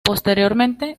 posteriormente